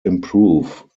improve